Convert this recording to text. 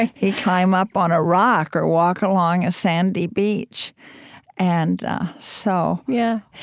he'd climb up on a rock or walk along a sandy beach and so yeah.